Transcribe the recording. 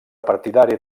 partidari